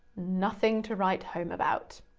nothing to write home about.